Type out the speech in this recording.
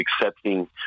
accepting